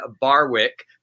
Barwick